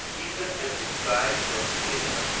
even in reply to a sneer,